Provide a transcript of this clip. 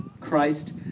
Christ